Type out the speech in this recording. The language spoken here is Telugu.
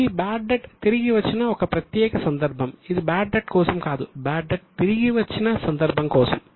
ఇది బాడ్ డెట్ తిరిగివచ్చిన ఒక ప్రత్యేక సందర్భం ఇది బాడ్ డెట్ కోసం కాదు బాడ్ డెట్ తిరిగి వచ్చిన సందర్భం కోసం